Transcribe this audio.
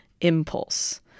impulse